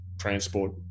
transport